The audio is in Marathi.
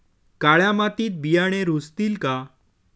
काळ्या मातीत बियाणे रुजतील का?